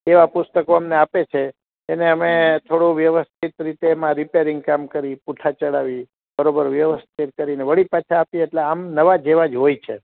એવા પુસ્તકો અમને આપે છે એને અમે થોડું વ્યવથિત રીતે એમાં રિપેરિંગ કામ કરી પૂંઠા ચડાવી બરોબર વ્યવથિત કરી ફરી પાછા આપીએ નવા જેવા જ હોય છે